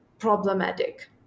Problematic